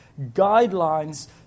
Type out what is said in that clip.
Guidelines